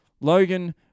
Logan